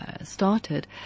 started